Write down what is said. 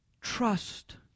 trust